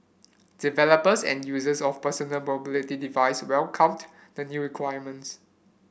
developers and users of personal mobility device welcomed the new requirements